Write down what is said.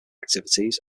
activities